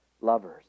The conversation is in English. lovers